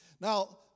Now